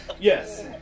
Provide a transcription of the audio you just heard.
Yes